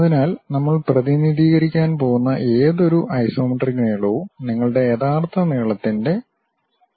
അതിനാൽനമ്മൾ പ്രതിനിധീകരിക്കാൻ പോകുന്ന ഏതൊരു ഐസോമെട്രിക് നീളവും നിങ്ങളുടെ യഥാർത്ഥ നീളത്തിന്റെ 0